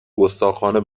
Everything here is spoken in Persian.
گستاخانه